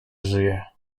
żyje